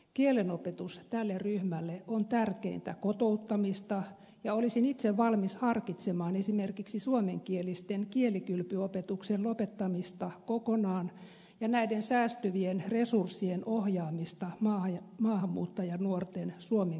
kielen opetus tälle ryhmälle on tärkeintä kotouttamista ja olisin itse valmis harkitsemaan esimerkiksi suomenkielisten kielikylpyopetuksen lopettamista kokonaan ja näiden säästyvien resurssien ohjaamista maahanmuuttajanuorten suomen kielen opiskeluun